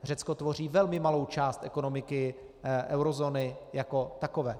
Řecko tvoří velmi malou část ekonomiky eurozóny jako takové.